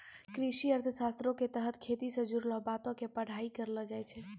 कृषि अर्थशास्त्रो के तहत खेती से जुड़लो बातो के पढ़ाई करलो जाय छै